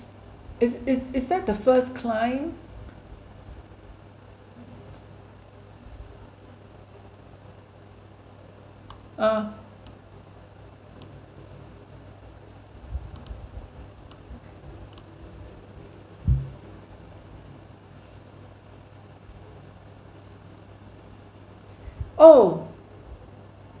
is is is that the first climb uh oh